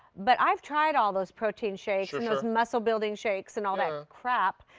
but i've tried all those protein shakes and those muscle building shakes and all that crap,